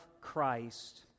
Christ